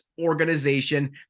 organization